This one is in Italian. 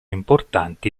importanti